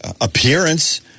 appearance